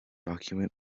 document